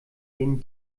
den